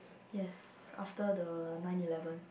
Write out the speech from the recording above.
yes after the nine eleven